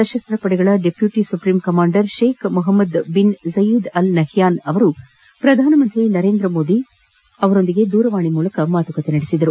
ಸಶಸ್ತ್ರ ಪಡೆಗಳ deputy supreme commander Sheikh Mohamed bin Zayed Al Nahyan ಅವರೂ ಪ್ರಧಾನಮಂತ್ರಿ ನರೇಂದ ಮೋದಿ ಅವರೊಂದಿಗೆ ದೂರವಾಣಿ ಮೂಲಕ ಮಾತುಕತೆ ನಡೆಸಿದರು